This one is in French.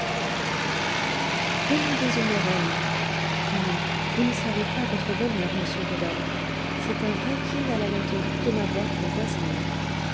demandez aux morel tenez vous ne savez pas votre bonheur monsieur rodolphe c'est un vrai quine à la loterie de m'avoir pour voisine